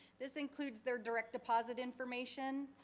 this includes their direct depos it information.